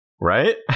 right